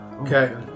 Okay